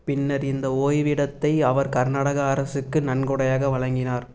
பின்னர் இந்த ஓய்விடத்தை அவர் கர்நாடக அரசுக்கு நன்கொடையாக வழங்கினார்